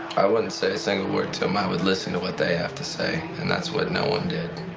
i wouldn't say a single word to him i would listen to what they have to say and that's what no one did.